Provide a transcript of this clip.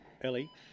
Ellie